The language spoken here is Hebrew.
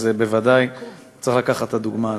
אז בוודאי צריך לקחת את הדוגמה הזאת.